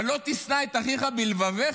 אבל "לא תשנא את אחיך בלבבך",